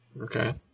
Okay